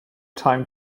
time